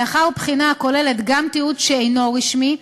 לאחר בחינה הכוללת גם תיעוד שאינו רשמי,